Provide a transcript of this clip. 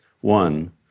One